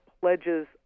pledges